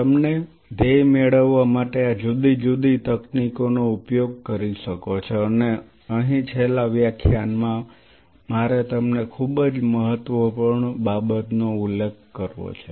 તમે ધ્યેય મેળવવા માટે આ જુદી જુદી તકનીકોનો ઉપયોગ કરી શકશો અને અહીં છેલ્લા વ્યાખ્યાનમાં મારે તમને ખૂબ જ મહત્વપૂર્ણ બાબતનો ઉલ્લેખ કરવો છે